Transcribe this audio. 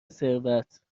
ثروت